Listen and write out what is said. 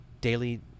daily